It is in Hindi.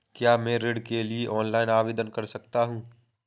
क्या मैं ऋण के लिए ऑनलाइन आवेदन कर सकता हूँ?